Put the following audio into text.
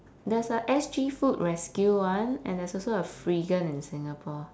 there's a S_G food rescue [one] and there's also a freegan in singapore